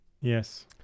Yes